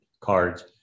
cards